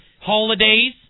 holidays